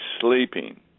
sleeping